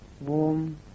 warm